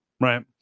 Right